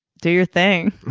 do your thing.